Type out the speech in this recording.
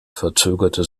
verzögerte